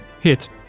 Hit